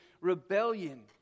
rebellion